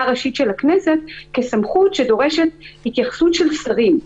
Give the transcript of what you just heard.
ראשית של הכנסת כסמכות שדורשת התייחסות של שרים.